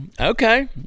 Okay